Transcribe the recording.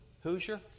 Hoosier